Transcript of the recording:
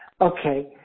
Okay